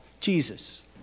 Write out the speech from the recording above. Jesus